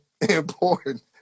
important